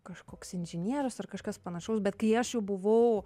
kažkoks inžinierius ar kažkas panašaus bet kai aš jau buvau